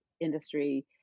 industry